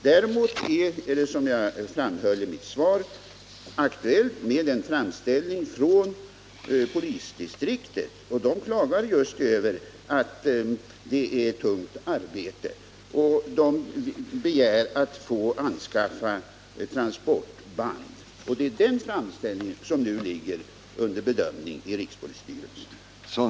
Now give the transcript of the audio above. Däremot är det, som jag framhöll i mitt svar, aktuellt med en framställning från polisdistriktet, i vilken man klagar över att arbetet är tungt och begär att transportband skall anskaffas. Det är den framställningen som nu föreligger för bedömning av rikspolisstyrelsen.